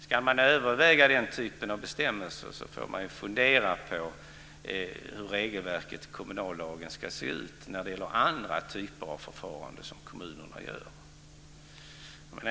Ska man överväga den typen av bestämmelser får man fundera på hur regelverket i kommunallagen ska se ut när det gäller andra typer av förfaranden i kommunerna.